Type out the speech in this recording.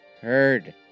heard